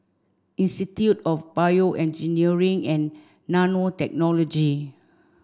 institute of BioEngineering and Nanotechnology